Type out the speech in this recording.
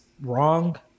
wrong